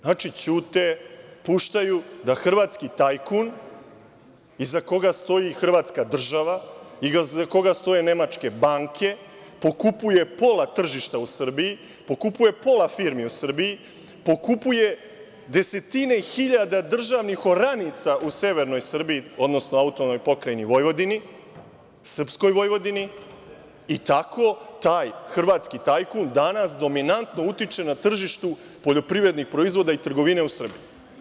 Znači, ćute, puštaju da hrvatski tajkun, iza koga stoji hrvatska država, iza koga stoje nemačke banke, pokupuje pola tržišta u Srbiji, pokupuje pola firmi u Srbiji, pokupuje desetine hiljada državnih oranica u severnoj Srbiji, odnosno AP Vojvodini, srpskoj Vojvodini i tako taj hrvatski tajkun danas dominantno utiče na tržištu poljoprivrednih proizvoda i trgovine u Srbiji.